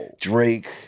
Drake-